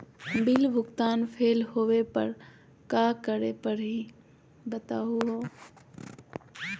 Bill भुगतान fail होवे पर का करै परही, बताहु हो?